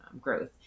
growth